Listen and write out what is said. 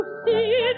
see